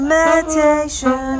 meditation